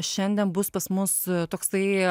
šiandien bus pas mus toksai